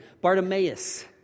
Bartimaeus